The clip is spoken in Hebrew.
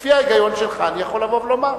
לפי ההיגיון שלך אני יכול לבוא ולומר,